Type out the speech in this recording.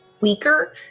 weaker